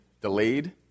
delayed